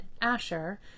Asher